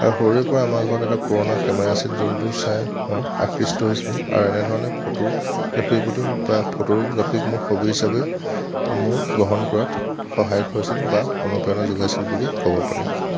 আৰু সৰুৰে পৰা আমাৰ ঘৰত এটা পুৰণা কেমেৰা আছিল যোনটো চাই মই আকৃষ্ট হৈছিলোঁ আৰু এনে ধৰণে ফটো গ্ৰাফীৰ প্ৰতি বা ফটোগ্ৰাফীক মোৰ হবি হিচাপে মোৰ গ্ৰহণ কৰাত সহায় হৈছিল বা অনুপ্ৰেৰণা যোগাইছিল বুলি ক'ব পাৰি